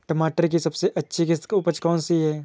टमाटर की सबसे अच्छी किश्त की उपज कौन सी है?